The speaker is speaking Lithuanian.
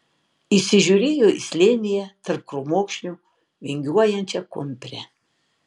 įsižiūrėjo į slėnyje tarp krūmokšnių vingiuojančią kumprę